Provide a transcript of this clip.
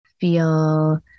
feel